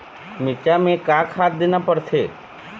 मिरचा मे का खाद देना पड़थे?